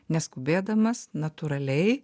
neskubėdamas natūraliai